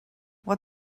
what